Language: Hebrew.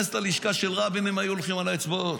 בלשכה של רבין הם היו הולכים על האצבעות,